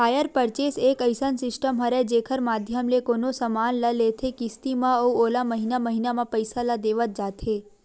hire purchase एक अइसन system हरय जेखर माधियम ले कोनो समान ल लेथे किस्ती म अउ ओला महिना महिना म पइसा ल देवत जाथे